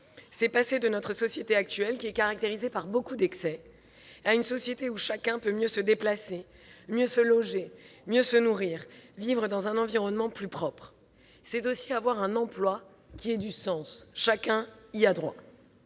de passer de notre société actuelle, caractérisée par beaucoup d'excès, à une société où chacun peut mieux se déplacer, mieux se loger, mieux se nourrir et vivre dans un environnement plus propre. C'est aussi, car chacun y a droit,